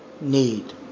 need